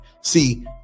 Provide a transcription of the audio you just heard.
See